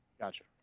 Gotcha